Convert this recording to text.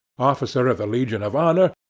officer of the legion of honor,